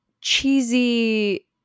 cheesy